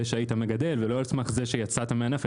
שהיית מגדל ולא על סמך זה שיצאת מהענף.